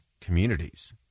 communities